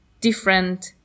different